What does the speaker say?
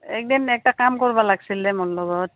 একদিন এটা কাম কৰিব লাগিছিল মোৰ লগত